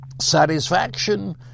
satisfaction